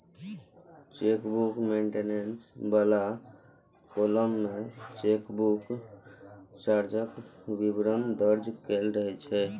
chequebook maintenance बला column मे chequebook चार्जक विवरण दर्ज रहै छै